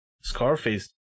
Scarface